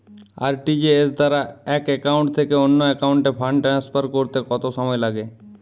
RTGS দ্বারা এক account থেকে অন্য একাউন্টে ফান্ড ট্রান্সফার করতে কত সময় লাগে?